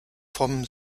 vom